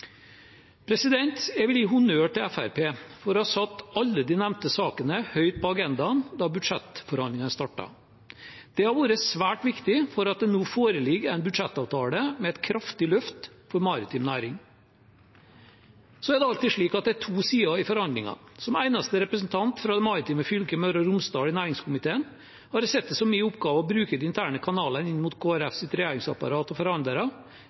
Jeg vil gi honnør til Fremskrittspartiet for å ha satt alle de nevnte sakene høyt på agendaen da budsjettforhandlingene startet. Det har vært svært viktig for at det nå foreligger en budsjettavtale med et kraftig løft for maritim næring. Så er det alltid slik at det er to sider i forhandlinger. Som eneste representant fra det maritime fylket Møre og Romsdal i næringskomiteen har jeg sett det som min oppgave å bruke de interne kanalene inn mot Kristelig Folkepartis regjeringsapparat og